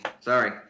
Sorry